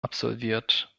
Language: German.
absolviert